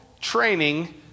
training